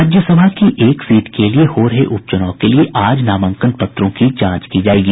राज्यसभा की एक सीट के लिए हो रहे उपचुनाव के लिए आज नामांकन पत्रों की जांच की जायेगी